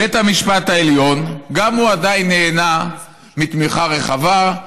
בית המשפט העליון גם הוא עדיין נהנה מתמיכה רחבה,